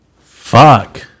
Fuck